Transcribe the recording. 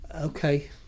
Okay